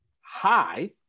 high